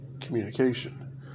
communication